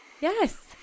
Yes